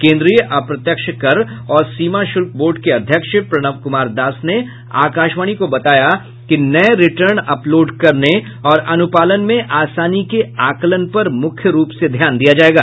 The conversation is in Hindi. केन्द्रीय अप्रत्यक्ष कर और सीमा शुल्क बोर्ड के अध्यक्ष प्रणब कुमार दास ने आकाशवाणी को बताया कि नये रिटर्न अपलोड करने और अनुपालन में आसानी के आकलन पर मुख्य रूप से ध्यान दिया जाएगा